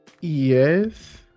Yes